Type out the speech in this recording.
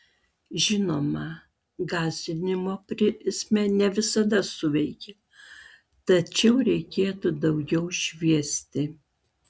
žinoma gąsdinimo prizmė ne visada suveikia tačiau reikėtų daugiau šviesti